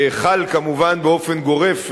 שחל כמובן באופן גורף,